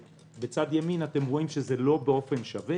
ובצד ימין אתם רואים שזה לא באופן שווה